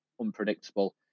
unpredictable